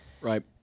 Right